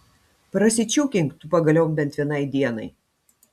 prasičiūkink tu pagaliau bent vienai dienai